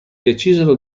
decisero